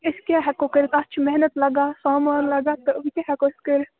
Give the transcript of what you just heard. أسۍ کیٛاہ ہٮ۪کو کٔرِتھ اَتھ چھِ محنت لگان سامان لگان تہٕ وۄنۍ کیٛاہ ہٮ۪کو أسی کٔرِتھ